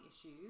issues